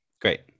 great